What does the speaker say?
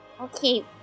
Okay